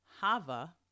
Hava